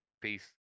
Peace